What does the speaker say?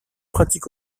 pratique